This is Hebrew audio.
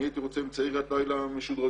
הייתי רוצה אמצעי ראיית לילה משודרגים.